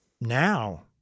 now